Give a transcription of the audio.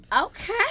okay